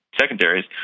secondaries